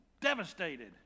devastated